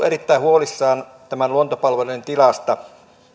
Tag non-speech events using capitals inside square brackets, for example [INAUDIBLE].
[UNINTELLIGIBLE] erittäin huolissamme luontopalvelujen tilasta